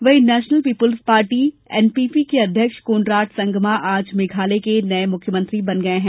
वहीं national people's party NPP के अध्यक्ष कोनराड संगमा आज मेघालय के मुख्यमंत्री बन गए हैं